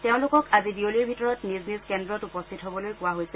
তেওঁলোকক আজি বিয়লিৰ ভিতৰত নিজ নিজ কেন্দ্ৰত উপস্থিত হবলৈ কোৱা হৈছে